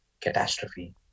catastrophe